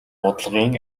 бодлогын